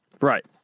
Right